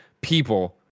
people